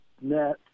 net